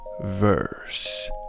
Verse